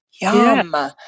Yum